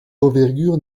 d’envergure